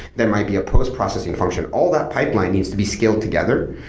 there might be a post-processing function. all that pipeline needs to be scaled together,